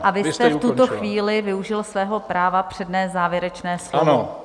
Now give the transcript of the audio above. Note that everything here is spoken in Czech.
A vy jste v tuto chvíli využil svého práva přednést závěrečné slovo?